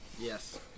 Yes